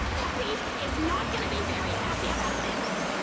pepe is not gonna be very happy about this.